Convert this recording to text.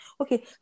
okay